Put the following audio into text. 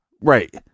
right